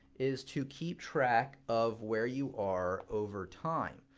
is to keep track of where you are over time.